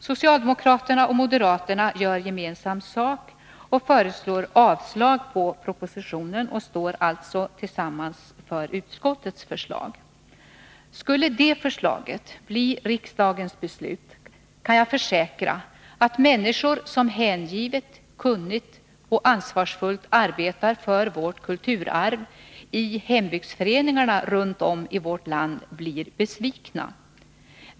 Socialdemokraterna och moderaterna gör gemensam sak. De föreslår avslag på propositionen och står alltså tillsammans för utskottets förslag. Skulle detta förslag bli riksdagens beslut, kan jag försäkra att människor som hängivet, kunnigt och ansvarsfullt arbetar för vårt kulturarv i hembygdsföreningarna runt om i vårt land blir besvikna.